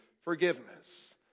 forgiveness